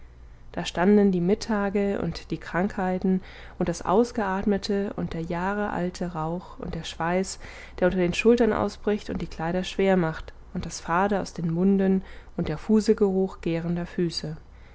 da standen die mittage und die krankheiten und das ausgeatmete und der jahrealte rauch und der schweiß der unter den schultern ausbricht und die kleider schwer macht und das fade aus den munden und der fuselgeruch gärender füße